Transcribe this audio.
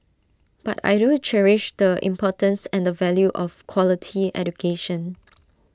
but I do cherish the importance and the value of quality education